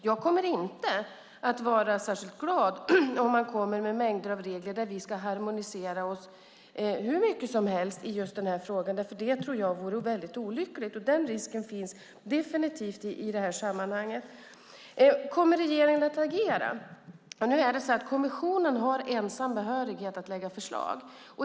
Jag kommer inte att vara särskilt glad om man kommer med mängder av regler som innebär att vi ska harmonisera oss hur mycket som helst i den här frågan. Det tror jag vore väldigt olyckligt, och den risken finns definitivt i det här sammanhanget. Kommer regeringen att agera? Nu är det så att kommissionen har ensam behörighet att lägga fram förslag.